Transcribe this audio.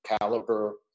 caliber